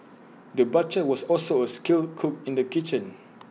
the butcher was also A skilled cook in the kitchen